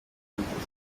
handitseho